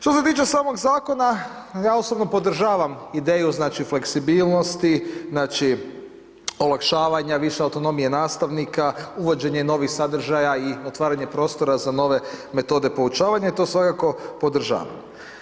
Što se tiče samog zakona, ja osobno podržavam ideju, znači, fleksibilnosti, znači, olakšavanja, više autonomije nastavnika, uvođenje novih sadržaja i otvaranje prostora za nove metode poučavanja i to svakako podržavam.